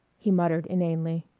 he muttered inanely.